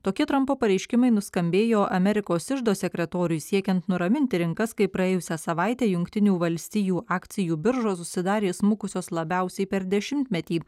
tokie trampo pareiškimai nuskambėjo amerikos iždo sekretoriui siekiant nuraminti rinkas kai praėjusią savaitę jungtinių valstijų akcijų biržos užsidarė smukusios labiausiai per dešimtmetį